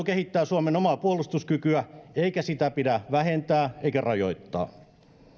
kehittää suomen omaa puolustuskykyä eikä sitä pidä vähentää eikä rajoittaa